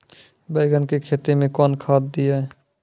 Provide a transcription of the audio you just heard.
बैंगन की खेती मैं कौन खाद दिए?